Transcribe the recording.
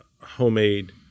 homemade